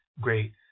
great